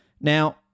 Now